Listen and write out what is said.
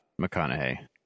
McConaughey